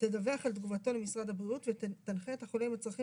תדווח על תגובתו למשרד הבריאות ותנחה את החולה עם הצרכים